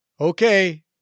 okay